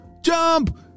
Jump